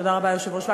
תודה רבה, היושב-ראש.